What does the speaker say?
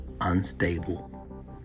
unstable